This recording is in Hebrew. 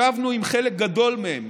ישבנו עם חלק גדול מהם